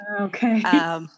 Okay